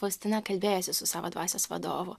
faustina kalbėjosi su savo dvasios vadovu